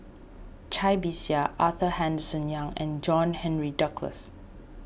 Cai Bixia Arthur Henderson Young and John Henry Duclos